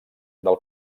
del